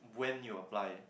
when you apply